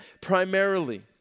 primarily